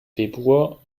februar